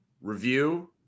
review